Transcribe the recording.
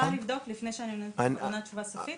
אני רוצה לבדוק את הנושא הזה לפני שאני עונה לכם תשובה סופית.